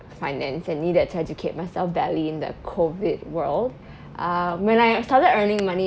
finance and needed to educate myself badly in the COVID world uh when I started earning money